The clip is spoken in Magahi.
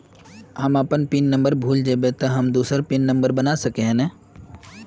हम अपन पिन नंबर भूल जयबे ते हम दूसरा पिन नंबर बना सके है नय?